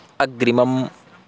अग्रिमम्